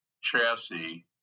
chassis